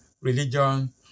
religion